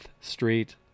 Street